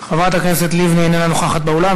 חברת הכנסת לבני איננה נוכחת באולם,